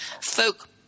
folk